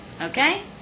Okay